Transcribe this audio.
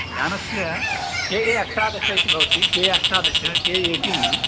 यानस्य K A अष्टादश इति भवति ए अष्टादश ए ऐटीन्